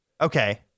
Okay